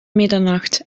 middernacht